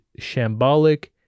shambolic